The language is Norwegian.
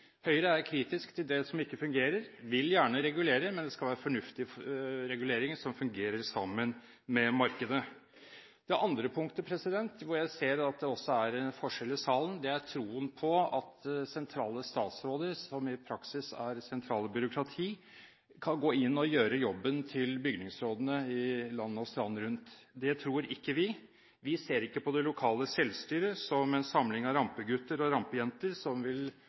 Høyre er kritisk til det som ikke fungerer, og vil gjerne regulere, men det skal være fornuftige reguleringer, som fungerer sammen med markedet. Det andre punktet der jeg ser at det også er en forskjell i salen, er troen på at sentrale statsråder – som i praksis er det sentrale byråkrati – kan gå inn og gjøre jobben til bygningsrådene land og strand rundt. Det tror ikke vi. Vi ser ikke på det lokale selvstyret som en samling rampegutter og rampejenter som vil